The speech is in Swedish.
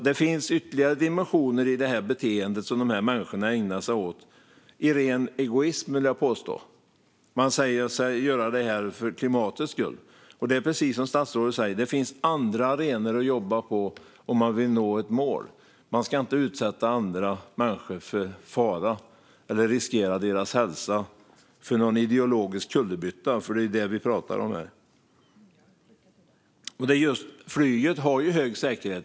Det finns alltså ytterligare dimensioner i det beteende som dessa människor ägnar sig åt - i ren egoism, vill jag påstå. Man säger sig göra detta för klimatets skull. Precis som statsrådet säger finns det andra arenor att jobba på om man vill nå ett mål. Man ska inte utsätta andra människor för fara eller riskera deras hälsa för någon ideologisk kullerbytta. Det är ju det vi pratar om här. Flyget har hög säkerhet.